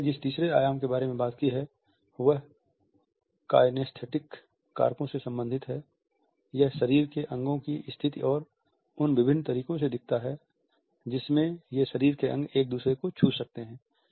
उन्होंने जिस तीसरे आयाम के बारे में बात की है वह काइनेस्थेटिक कारकों से संबंधित है यह शरीर के अंगों की स्थिति और उन विभिन्न तरीकों से दिखता है जिसमें ये शरीर के अंग एक दूसरे को छू सकते हैं